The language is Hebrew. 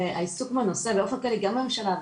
העיסוק בנושא באופן כללי גם בממשלה,